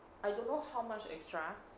I don't know how much extra